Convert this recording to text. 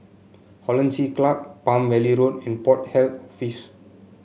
Hollandse Club Palm Valley Road and Port Health Office